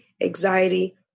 anxiety